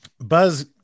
Buzz